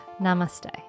Namaste